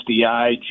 SDI